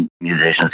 musicians